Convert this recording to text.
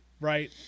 right